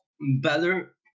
better